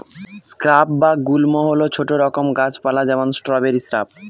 shrub বা গুল্ম হল ছোট রকম গাছ পালা যেমন স্ট্রবেরি শ্রাব